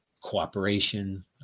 cooperation